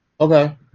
Okay